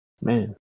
Man